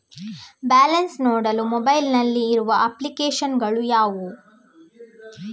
Balance ನೋಡಲು mobile ನಲ್ಲಿ ಇರುವ ಅಪ್ಲಿಕೇಶನ್ ಗಳು ಯಾವುವು?